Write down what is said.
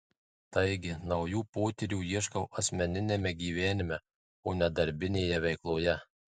taigi naujų potyrių ieškau asmeniniame gyvenime o ne darbinėje veikloje